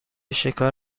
شکار